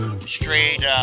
Straight